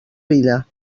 vida